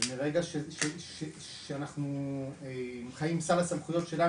ומרגע שאנחנו חיים עם סל הסמכויות שלנו